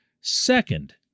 Second